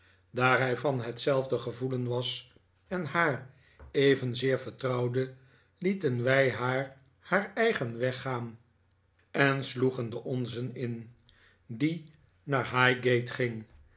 hij van hetzelfde gevoelen was en haar evenzeer vertrouwde lieten wij haar haar eigen weg gaan en sloegen den onzen in die naar highgate ging